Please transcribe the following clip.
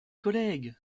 collègues